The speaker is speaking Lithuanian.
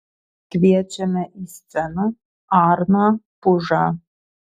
kviečiame į sceną arną pužą